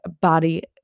body